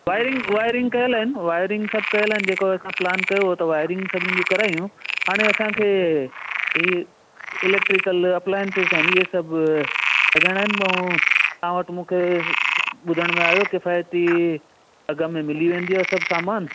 wiring wiring कयलु आहिनि wiring सभु कयलु आहिनि जेको असां प्लान कयो हुओ त वाएरींग सभिनी जूं करायूं हाणे असांखे इलेक्ट्रीकल अप्लाइंसिस आहिनि इहे सभु लॻाराइणा आइन ऐं तव्हां वटि मूंखे ॿुधण में आहियो किफ़ाइती अघु में मिली वेंदी आहे सभु सामान